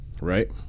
right